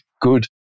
good